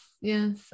yes